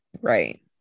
Right